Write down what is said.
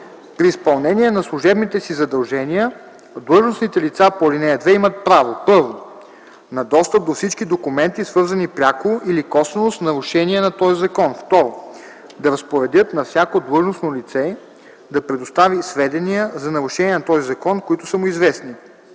При изпълнение на служебните си задължения длъжностните лица по ал. 2 имат право: 1. на достъп до всички документи, свързани пряко или косвено с нарушение на този закон; 2. да разпоредят на всяко длъжностно лице да предостави сведения за нарушения на този закон, които са му известни;